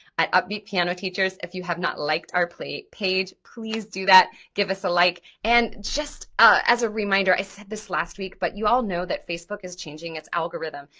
at upbeat piano teachers. if you have not liked our page, please do that, give us a like and just ah as a reminder, i said this last week but you all know that facebook is changing its algorithm.